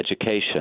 education